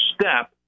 step